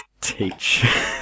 teach